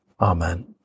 Amen